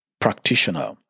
practitioner